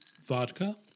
vodka